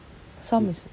some is